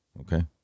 okay